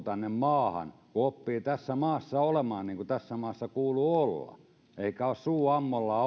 tänne maahan kotoutuu kun oppii tässä maassa olemaan niin kuin tässä maassa kuuluu olla eikä ole suu ammollaan